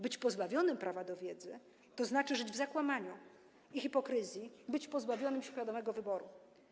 Być pozbawionym prawa do wiedzy, to znaczy żyć w zakłamaniu i hipokryzji, być pozbawionym świadomego wyboru.